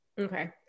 Okay